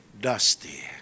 dusty